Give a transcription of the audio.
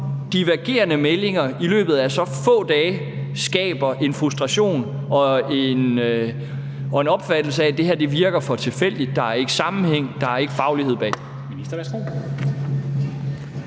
divergerende meldinger i løbet af så få dage skaber en frustration og en opfattelse af, at det her virker for tilfældigt, at der ikke er sammenhæng og faglighed bag?